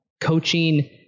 coaching